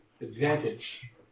advantage